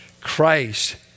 Christ